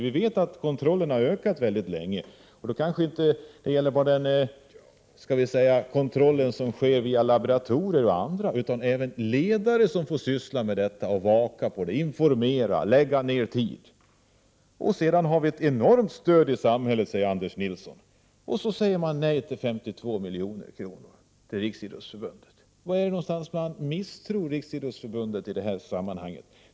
Vi vet ju att kontrollen har ökat länge, inte bara den kontroll som sker via laboratorier osv. utan även ledare som får syssla med detta — vaka och informera, lägga ner tid. Anders Nilsson säger att samhället ger ett enormt stöd — och så säger man nej till 52 milj.kr. På vilket sätt är det man misstror Riksidrottsförbundet i det här sammanhanget?